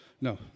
No